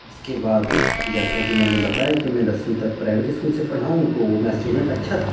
اس کے بعد جیسا کہ میں نے بتایا کہ میں دسویں تک پرائیویٹ اسکول سے پڑھا ہوں تو میں اسٹوڈینٹ اچھا تھا